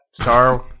star